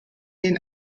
den